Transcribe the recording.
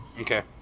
Okay